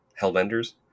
hellbenders